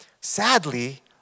Sadly